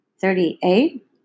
thirty-eight